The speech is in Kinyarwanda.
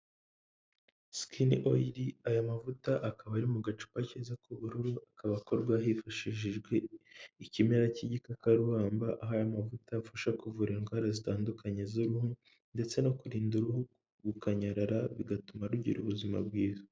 Sikini oyiri, aya mavuta akaba ari mu gacupa keza k'ubururu, akaba akorwa hifashishijwe ikimera cy'igikakarubamba aho aya mavuta afasha kuvura indwara zitandukanye z'uruhu ndetse no kurinda uruhu gukanyara, bigatuma rugira ubuzima bwiza.